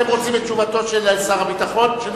אתם רוצים את תשובתו של משרד הביטחון?